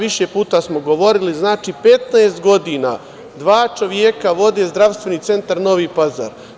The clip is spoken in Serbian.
Više puta smo govorili, znači, 15 godina dva čoveka vode Zdravstveni centar Novi Pazar.